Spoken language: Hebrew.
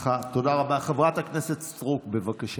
חברת הכנסת סטרוק, בבקשה.